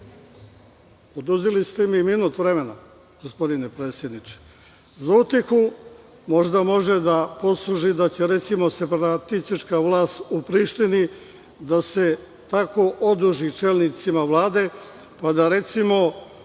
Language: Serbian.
ste mi minut vremena, gospodine predsedniče.Za utehu, možda može da posluži da će recimo separatistička vlast u Prištini, da se tako oduži čelnicima Vlade, pa da recimo